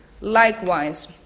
likewise